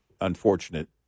unfortunate